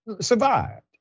survived